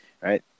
right